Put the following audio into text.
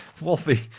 Wolfie